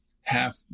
half